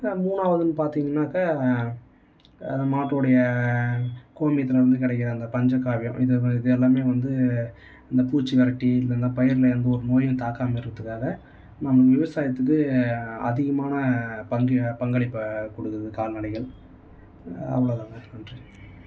மூணாவதுன்னு பார்த்தீங்கன்னாக்கா மாட்டுடைய கோமியத்திலருந்து கிடைக்கிற அந்த பஞ்சகவ்வியம் இது இது எல்லாமே வந்து இந்த பூச்சி விரட்டி இல்லைனா பயிர்களை எந்த ஒரு நோயும் தாக்காமல் இருக்கிறதுக்காக நம்ம விவசாயத்துக்கு அதிகமான பங்கு பங்களிப்பை கொடுக்குது கால்நடைகள் அவ்வளோதாங்க நன்றி